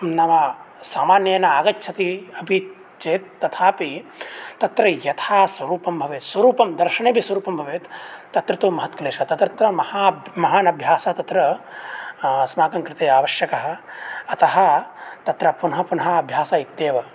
नाम सामान्येन आगच्छति अपि चेत् तथापि तत्र यथा स्वरूपं भवेत् स्वरूपं दर्शनेऽपि स्वरूपं भवेत् तत्र तु महत् क्लेशः तत्र तु महा महान् अभ्यासः तत्र अस्माकं कृते आवश्यकः अतः तत्र पुनः पुनः अभ्यासः इत्येव